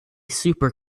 super